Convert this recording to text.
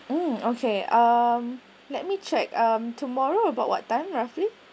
mm okay um let me check um tomorrow about what time roughly